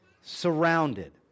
Surrounded